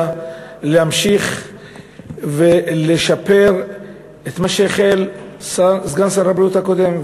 להמשיך ולשפר את מה שהחל סגן שר הבריאות הקודם,